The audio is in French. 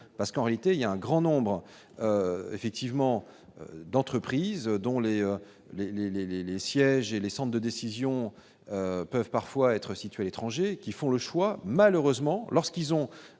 parce qu'en réalité il y a un grand nombre effectivement d'entreprises dont les, les, les, les, les sièges et les cendres de décisions peuvent parfois être située à l'étranger qui font le choix malheureusement lorsqu'ils ont